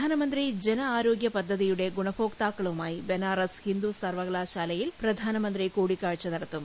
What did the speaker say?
പ്രധാനമന്ത്രി ജനആരോഗ്യ യോജന പദ്ധതി ഗുണഭോക്താക്കളുമായി ബനാറസ് ഹിന്ദു സർവ്വകലാശാലയിൽ പ്രധാനമന്ത്രി കൂടിക്കാഴ്ച നടത്തും